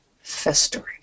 festering